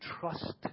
trust